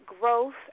growth